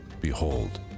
Behold